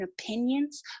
opinions